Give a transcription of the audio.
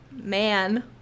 man